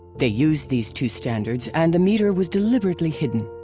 they used these two standards and the meter was deliberately hidden.